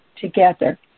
together